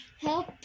Help